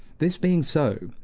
this being so,